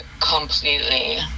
completely